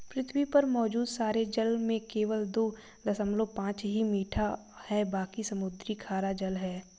पृथ्वी पर मौजूद सारे जल में केवल दो दशमलव पांच ही मीठा है बाकी समुद्री खारा जल है